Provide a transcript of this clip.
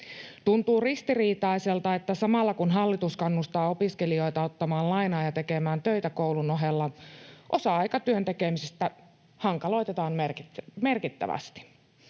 Tuntuu ristiriitaiselta, että samalla, kun hallitus kannustaa opiskelijoita ottamaan lainaa ja tekemään töitä koulun ohella, osa-aikatyön tekemistä hankaloitetaan merkittävästi.